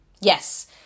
Yes